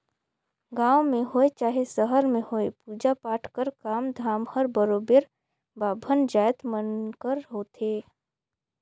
गाँव में होए चहे सहर में होए पूजा पाठ कर काम धाम हर बरोबेर बाभन जाएत मन कर होथे